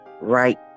right